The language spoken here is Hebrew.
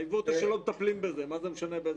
העיוות הוא שלא מטפלים בזה, מה זה משנה.